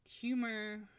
humor